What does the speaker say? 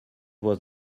was